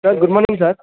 sir good morning sir